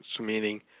meaning